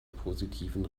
positiven